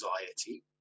anxiety